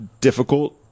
difficult